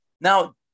Now